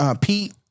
Pete